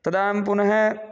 तदाहं पुनः